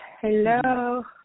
Hello